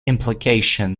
implication